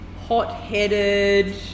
hot-headed